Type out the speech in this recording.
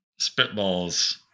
spitballs